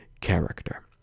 character